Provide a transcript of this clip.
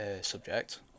subject